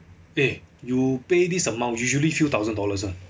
eh you pay this amount usually few thousand dollars [one]